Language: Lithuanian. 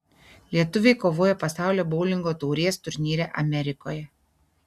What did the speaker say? lietuviai kovoja pasaulio boulingo taurės turnyre amerikoje